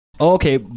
Okay